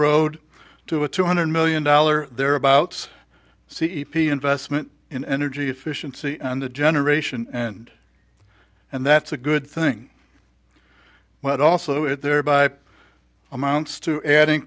road to a two hundred million dollar thereabouts c e p t investment in energy efficiency and the generation and and that's a good thing but also it thereby amounts to adding